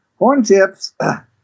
Hornchips